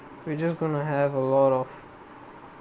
we're just going to have a lot of